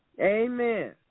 Amen